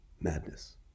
madness